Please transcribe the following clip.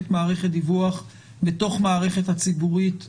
מערכת דיווח בתוך המערכת הציבורית הקהילתית,